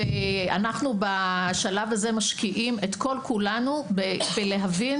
אנחנו בשלב הזה משקיעים את כל כולנו ולהבין